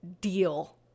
deal